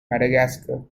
madagascar